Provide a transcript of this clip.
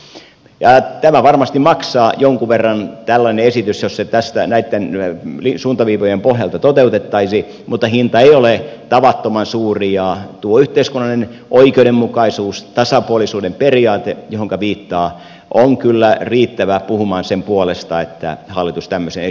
tällainen esitys varmasti maksaa jonkun verran jos se tästä näitten suuntaviivojen pohjalta toteutettaisiin mutta hinta ei ole tavattoman suuri ja tuo yhteiskunnallinen oikeudenmukaisuus tasapuolisuuden periaate johonka viittaan on kyllä riittävä puhumaan sen puolesta että hallitus tämmöisen esityksen tuo